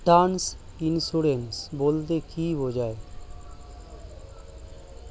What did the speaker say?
Term insurance বলতে কী বোঝায়?